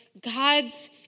God's